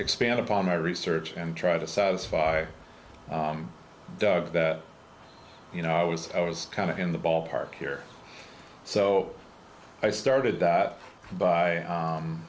expand upon my research and try to satisfy doug that you know i was i was kind of in the ballpark here so i started by